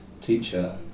teacher